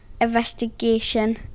investigation